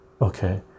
okay